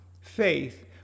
faith